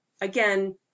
Again